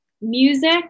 music